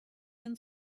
been